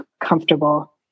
comfortable